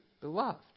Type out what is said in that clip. beloved